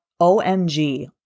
omg